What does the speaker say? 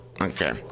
Okay